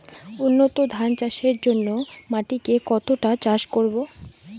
উন্নত ধান চাষের জন্য মাটিকে কতটা চাষ করব?